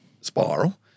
spiral